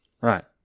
Right